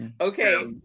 Okay